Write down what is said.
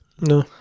No